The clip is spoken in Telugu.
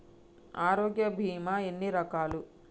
ఆరోగ్య బీమా ఎన్ని రకాలు?